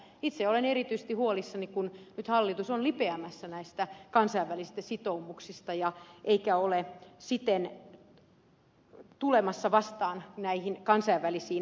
itse olen erityisesti huolissani kun nyt hallitus on lipeämässä näistä kansainvälisistä sitoumuksista eikä ole siten tulemassa vastaan näihin kansainvälisiin velvoitteisiin